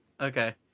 Okay